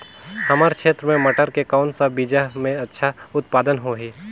हमर क्षेत्र मे मटर के कौन सा बीजा मे अच्छा उत्पादन होही?